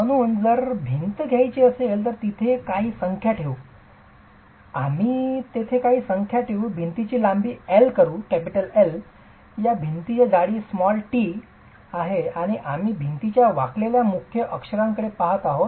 म्हणून जर मी भिंत घ्यायची असेल तर तिथे काही संख्या ठेवू आम्ही तेथे काही संख्या ठेवू भिंतीची लांबी L करु या भिंतीची जाडी t आहे आणि आम्ही या भिंतीच्या वाकलेल्या मुख्य अक्षांकडे पहात आहोत